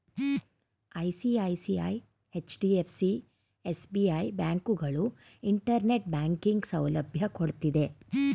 ICICI, HDFC, SBI, ಬ್ಯಾಂಕುಗಳು internet banking ಸೌಲಭ್ಯ ಕೊಡ್ತಿದ್ದೆ